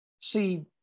see